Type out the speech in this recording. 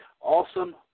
awesome